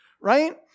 right